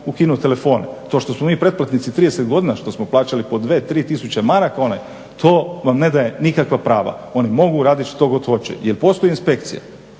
ukinuti telefone. To što smo mi pretplatnici 30 godina što smo plaćali po 2, 3 tisuće maraka to vam ne daje nikakva prava, oni mogu raditi što god hoće. Jel postoji inspekcija?